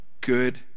good